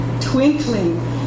Twinkling